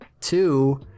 Two